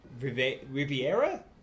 Riviera